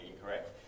incorrect